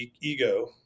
ego